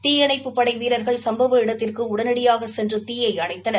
தீயணைப்புப் படை வீரர்கள் சும்பவ இடத்திற்கு உடனடியாக சென்று தீயை அணைத்தனர்